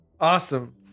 Awesome